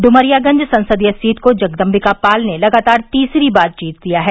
डुमरियागंज संसदीय सीट को जगदम्बिका पाल ने लगातार तीसरी बार जीत लिया है